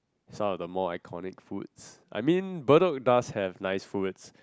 some of the more iconic foods I mean Bedok does have nice foods